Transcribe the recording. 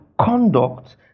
conduct